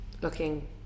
looking